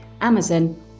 Amazon